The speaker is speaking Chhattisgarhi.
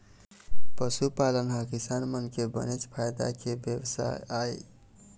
पशुपालन ह किसान मन के बनेच फायदा के बेवसाय आय